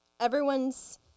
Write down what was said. everyone's